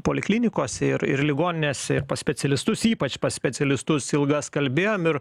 poliklinikose ir ir ligoninėse ir pas specialistus ypač pas specialistus ilgas kalbėjom ir